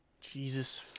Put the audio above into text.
Jesus